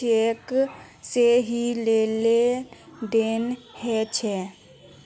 cheque से ही लेन देन ह छे